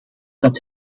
dat